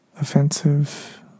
offensive